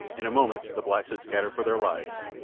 in a moment the blacks had scattered for their lives,